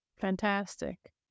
Fantastic